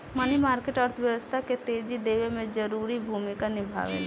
मनी market अर्थव्यवस्था के तेजी देवे में जरूरी भूमिका निभावेला